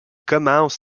commence